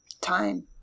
time